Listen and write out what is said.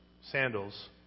sandals